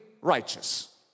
righteous